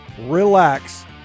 relax